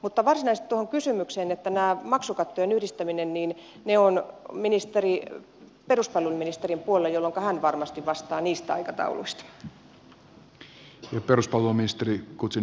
mutta mitä tulee varsinaisesti tuohon kysymykseen maksukattojen yhdistämisestä niin ne ovat peruspalveluministerin puolella jolloinka hän varmasti vastaa niistä aikatauluista